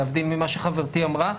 להבדיל ממה שחברתי אמרה.